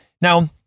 Now